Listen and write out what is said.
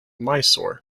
mysore